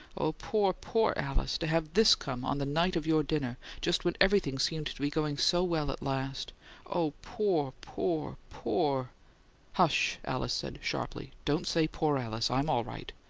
oh, poor, poor alice to have this come on the night of your dinner just when everything seemed to be going so well at last oh, poor, poor, poor hush! alice said, sharply. don't say poor alice i'm all right.